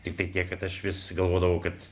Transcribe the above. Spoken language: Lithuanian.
tiktai tiek kad aš vis galvodavau kad